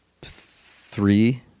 three